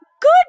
good